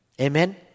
Amen